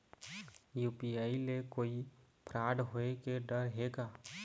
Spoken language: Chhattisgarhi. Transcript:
यू.पी.आई ले कोई फ्रॉड होए के डर हे का?